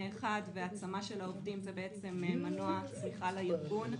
אחד; והעצמה של העובדים זה בעצם מנוע צמיחה לארגון.